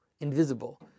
invisible